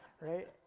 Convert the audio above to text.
Right